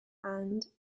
and